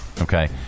Okay